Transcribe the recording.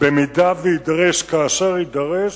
במידה שתידרש,